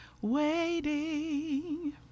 waiting